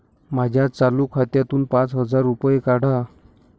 माझ्या चालू खात्यातून पाच हजार रुपये काढा